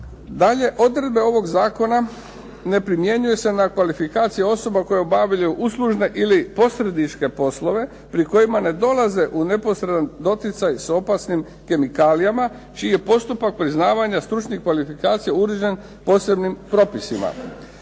Dalje, odredbe ovog zakona ne primjenjuju se na kvalifikacije osoba koje obavljaju uslužne ili posredničke poslove pri kojima ne dolaze u neposredan doticaj sa opasnim kemikalijama čiji je postupak priznavanja stručnih kvalifikacija uređen posebnim propisima.